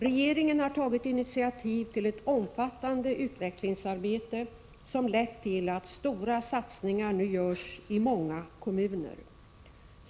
Regeringen har tagit initiativ till ett omfattande utvecklingsarbete, som lett till att stora satsningar nu görs i många kommuner.